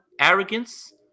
arrogance